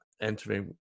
entering